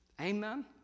Amen